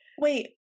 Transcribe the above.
wait